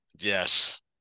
Yes